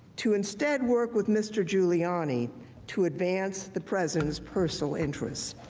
to instead work with mr. giuliani to advance the president's personal interests.